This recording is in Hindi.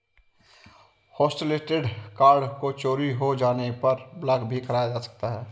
होस्टलिस्टेड कार्ड को चोरी हो जाने पर ब्लॉक भी कराया जा सकता है